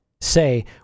say